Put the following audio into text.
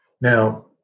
Now